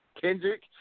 Kendrick